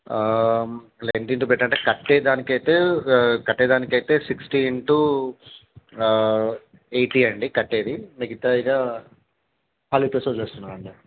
length into width అంటే కట్టేదానికైతే కట్టేదానికైతే సిక్స్టీ ఇన్టు ఎయిటీ అండి కట్టేది మిగతా ఇక ఖాళీ ప్లేస్ వదిలేస్తున్నాను అండి